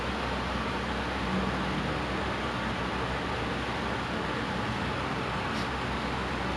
now I don't even know if I H_B_L next semester okay lah but like it's it doesn't really apply to me ah because I know